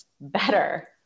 better